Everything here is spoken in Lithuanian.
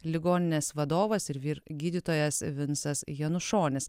ligoninės vadovas ir vyr gydytojas vincas janušonis